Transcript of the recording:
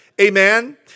Amen